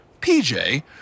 PJ